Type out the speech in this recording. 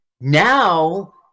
now